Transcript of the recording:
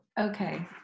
okay